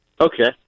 Okay